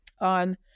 on